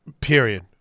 Period